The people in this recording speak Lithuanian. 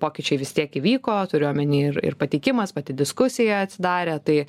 pokyčiai vis tiek įvyko turiu omeny ir ir pateikimas pati diskusija atsidarė tai